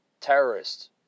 Terrorists